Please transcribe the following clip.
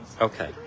Okay